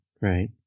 Right